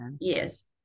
Yes